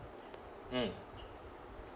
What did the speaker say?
mm